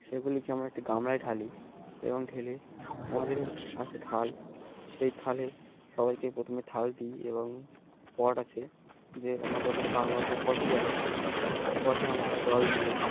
সেগুলিকে আমরা একটি গামলায় ঢালি এবং ঢেলে আমাদের আছে থাল সেই থালে সবাইকে প্রথমে থাল দিই এবং পট আছে যে আমাদের ওখানটাই বাংলা ভাষায় পট ই বলে পটে আমরা জল দিয়ে